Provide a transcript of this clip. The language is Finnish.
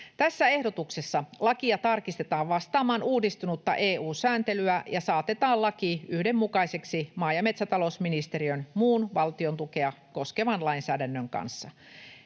Tässä ehdotuksessa lakia tarkistetaan vastaamaan uudistunutta EU-sääntelyä ja saatetaan laki yhdenmukaiseksi maa- ja metsätalousministeriön muun valtion tukea koskevan lainsäädännön kanssa.